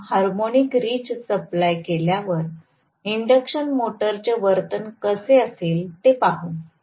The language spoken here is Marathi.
जेव्हा हार्मोनिक रिच सप्लाय केल्यावर इंडक्शन मोटरचे वर्तन कसे असेल हे आपण पाहू